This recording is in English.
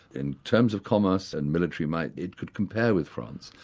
in terms of commerce and military might, it could compare with france,